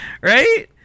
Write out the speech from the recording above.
Right